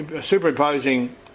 superimposing